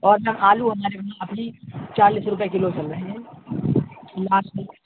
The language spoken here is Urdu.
اور آلو ہمارے یہاں ابھی چالیس روپئے کلو چل رہے ہیں